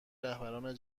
رهبران